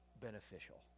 beneficial